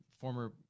former